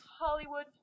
Hollywood